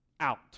out